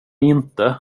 inte